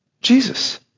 Jesus